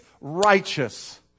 righteous